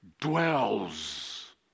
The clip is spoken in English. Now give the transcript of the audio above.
dwells